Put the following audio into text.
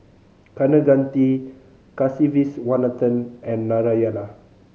Kaneganti Kasiviswanathan and Narayana